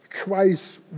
Christ